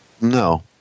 No